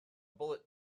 bullet